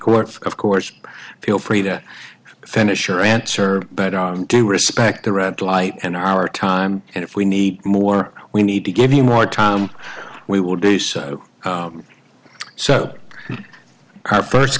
court of course feel free to finish your answer but i do respect the red light and our time and if we need more we need to give you more time we will be so so our first